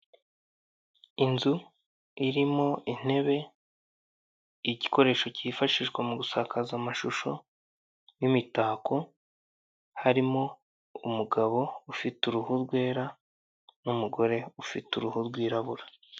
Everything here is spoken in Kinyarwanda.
Inzu irimo intebe igikoresho kifashishwa mugusakaza amashusho n'imitako harimo umugabo ufite uruhu rwera n'umugore ufite uruhu rwirabura.